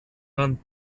dann